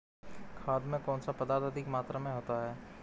खाद में कौन सा पदार्थ अधिक मात्रा में होता है?